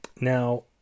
now